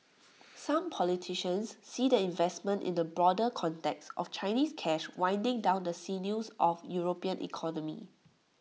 some politicians see the investment in the broader context of Chinese cash winding around the sinews of european economy